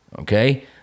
okay